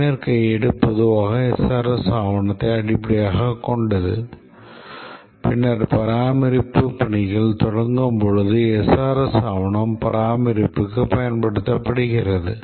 பயனர் கையேடு பொதுவாக SRS ஆவணத்தை அடிப்படையாகக் கொண்டது பின்னர் பராமரிப்பு பணிகள் தொடங்கும் போது SRS ஆவணம் பராமரிப்புக்கு பயன்படுத்தப்படுகிறது